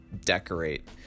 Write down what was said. decorate